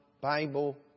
Bible